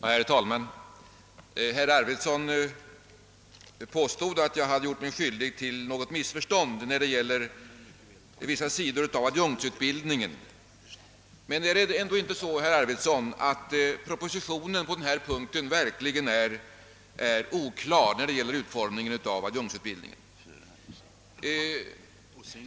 Herr talman! Herr Arvidson påstod att jag gjorde mig skyldig till missförstånd beträffande vissa sidor av adjunktsutbildningen, men är propositionen verkligen inte oklar i fråga om utformningen av adjunktsutbildningen?